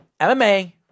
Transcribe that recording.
MMA